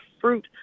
fruit